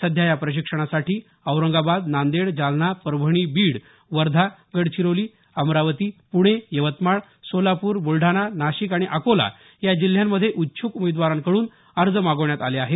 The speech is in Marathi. सध्या या प्रक्षिणासाठी औरंगाबाद नांदेड जालना परभणी बीड वर्धा गडचिरोली अमरावती पुणे यवतमाळ सोलापूर बुलडाणा नाशिक आणि अकोला या जिल्ह्यांमध्ये इच्छ्क उमेदवारांकडून अर्ज मागवण्यात आले आहेत